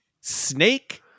Snake